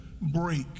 break